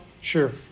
Sure